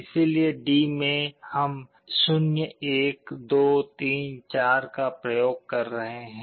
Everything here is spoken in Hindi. इसलिए D में हम 0 1 2 3 4 का प्रयोग कर रहे हैं